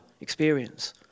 experience